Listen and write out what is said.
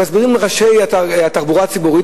מסבירים ראשי התחבורה הציבורית,